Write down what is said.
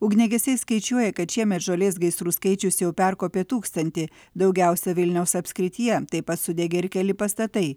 ugniagesiai skaičiuoja kad šiemet žolės gaisrų skaičius jau perkopė tūkstantį daugiausia vilniaus apskrityje taip pat sudegė ir keli pastatai